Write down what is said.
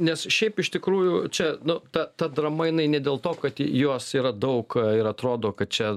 nes šiaip iš tikrųjų čia nu ta ta drama jinai ne dėl to kad jos yra daug ir atrodo kad čia